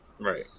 Right